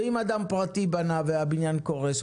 ואם אדם פרטי בנה והבניין קורס,